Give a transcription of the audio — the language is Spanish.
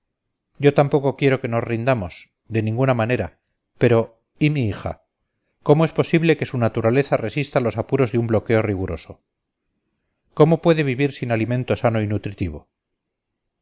yo tampoco quiero que nos rindamos de ninguna manera pero y mi hija cómo es posible que su naturaleza resista los apuros de un bloqueo riguroso cómo puede vivir sin alimento sano y nutritivo